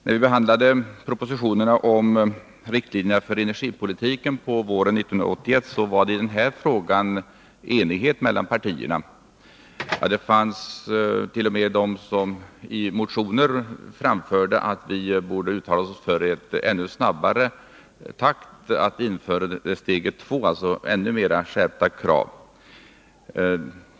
När vi behandlade propositionerna om riktlinjerna för energipolitiken på våren 1981 rådde i den här frågan enighet mellan partierna. Det fannst.o.m. de som i motioner framförde att vi borde uttala oss för att införa steg 2 i ännu snabbare takt. De var alltså för ännu mer skärpta krav.